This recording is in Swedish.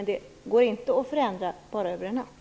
Det går inte att förändra över en natt.